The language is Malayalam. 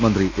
മന്ത്രി എ